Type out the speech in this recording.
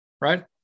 right